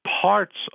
parts